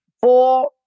four